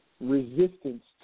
resistance